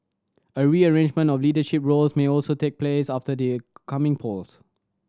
a rearrangement of leadership roles may also take place after the coming polls